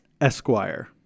Esquire